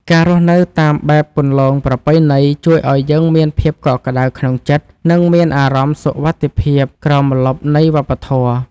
ការរស់នៅតាមបែបគន្លងប្រពៃណីជួយឱ្យយើងមានភាពកក់ក្ដៅក្នុងចិត្ត និង មានអារម្មណ៍សុវត្ថិភាពក្រោមម្លប់នៃវប្បធម៌។